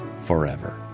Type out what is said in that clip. forever